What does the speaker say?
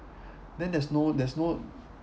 then there's no there's no